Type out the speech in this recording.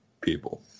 people